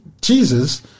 Jesus